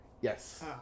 Yes